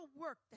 work